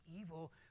evil